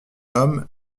homme